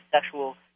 sexual